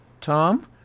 Tom